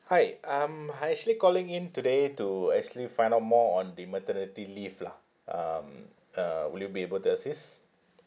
hi um I actually calling in today to actually find out more on the maternity leave lah um uh will you be able to assist